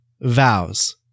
vows